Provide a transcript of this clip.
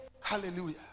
Hallelujah